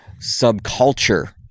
subculture